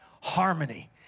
harmony